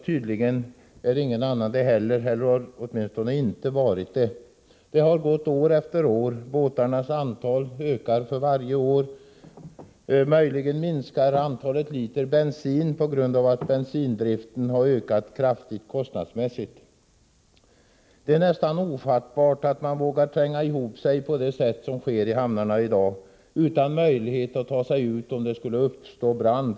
Tydligen är ingen annan det heller — i varje fall har inte någon varit det. År efter år har gått. Båtarnas antal ökar för varje år. Möjligen minskar antalet liter bensin på grund av att bensindriften har ökat kraftigt kostnadsmässigt. Det är nästan ofattbart att man vågar tränga ihop sig i hamnarna på det sätt som sker, utan möjlighet att ta sig ut om det skulle uppstå brand.